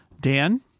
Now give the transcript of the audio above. dan